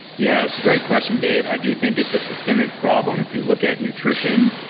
yeah, it's a great question dave. i do think it's a systemic problem if you look at nutrition,